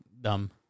dumb